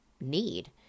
need